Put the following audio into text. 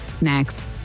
next